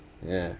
ya